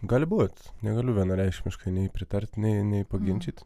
gali būt negaliu vienareikšmiškai nei pritarti nei paginčyt